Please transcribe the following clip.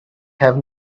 have